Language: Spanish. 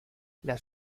las